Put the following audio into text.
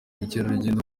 ubukerarugendo